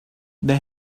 they